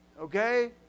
Okay